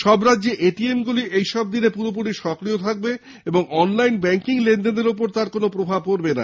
সব রাজ্যে এটিএমগুলি এসব দিনে পুরোপুরি সক্রিয় থাকবে এবং অনলাইন ব্যাঙ্কিং লেনদেনের ওপর তার কোনো প্রভাব পড়বে না